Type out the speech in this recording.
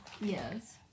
Yes